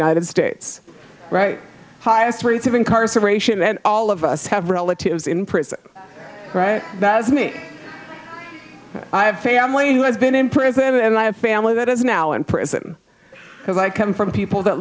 united states right highest rates of incarceration and all of us have relatives in prison right now as me i have family who has been in prison and i have family that is now in prison because i come from people that